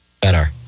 better